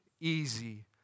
easy